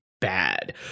bad